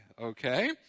Okay